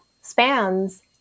spans